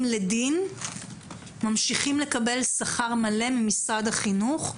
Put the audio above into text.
לדין ממשיכים לקבל שכר מלא ממשרד החינוך,